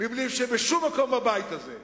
מבלי שבשום מקום בבית הזה,